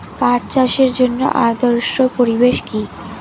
পাট চাষের জন্য আদর্শ পরিবেশ কি?